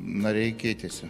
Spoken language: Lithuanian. nariai keitėsi